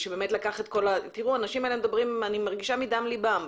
אני מרגישה שהאנשים האלה מדברים מדם ליבם,